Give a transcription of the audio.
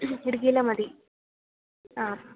ഇടുക്കിയിലെ മതി ആ